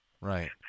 right